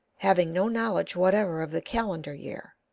having no knowledge whatever of the calendar year.